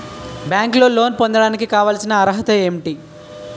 బ్యాంకులో లోన్ పొందడానికి కావాల్సిన అర్హత ఏంటి?